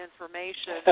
information